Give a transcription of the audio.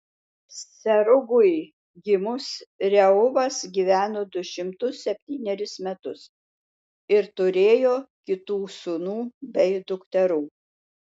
serugui gimus reuvas gyveno du šimtus septynerius metus ir turėjo kitų sūnų bei dukterų